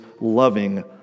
loving